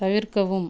தவிர்க்கவும்